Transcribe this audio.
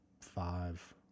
five